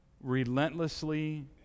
relentlessly